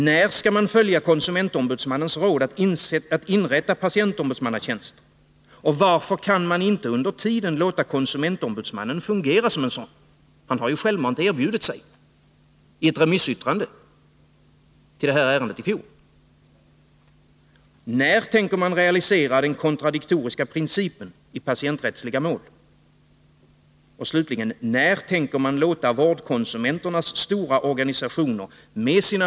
När skall man följa konsumentombudsmannens råd att inrätta patientombudsmannatjänster, och varför kan man inte under tiden låta konsumentombudsmannen fungera som patientombudsman — han har ju i fjol i ett remissyttrande till det här ärendet självmant erbjudit sig? När tänker man realisera den kontradiktoriska principen i patienträttsliga mål?